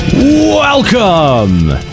Welcome